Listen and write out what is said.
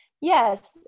Yes